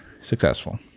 successful